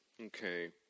Okay